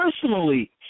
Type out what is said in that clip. personally